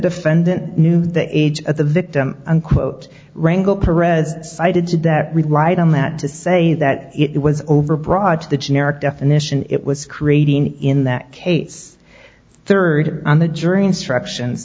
defendant knew the age of the victim unquote rangle perrette cited to that relied on that to say that it was overbroad to the generic definition it was creating in that case third on the jury instructions